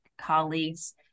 colleagues